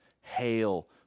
hail